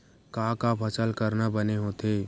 का का फसल करना बने होथे?